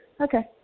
Okay